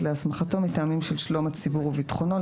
להסמכתו מטעמים של שלום הציבור וביטחונו,